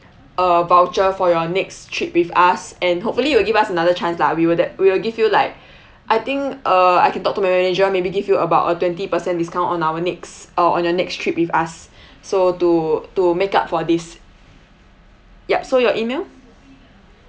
a voucher for your next trip with us and hopefully you will give us another chance lah we will de~ we will give you like I think uh I can talk to my manager maybe give you about a twenty percent discount on our next uh on your next trip with us so to to make up for this yup so your email